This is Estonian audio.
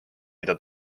mida